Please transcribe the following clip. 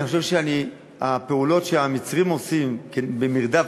אני חושב שהפעולות שהמצרים עושים במרדף